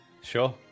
sure